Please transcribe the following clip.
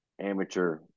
amateur